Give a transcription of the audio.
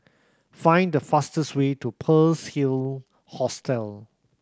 find the fastest way to Pearl's Hill Hostel